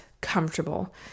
comfortable